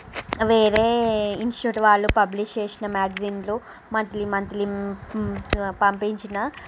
వేరే ఇన్స్ట్యూట్ వాళ్ళు పబ్లిష్ చేసిన మ్యాగ్జీన్లు మంత్లీ మంత్లీ పంపించిన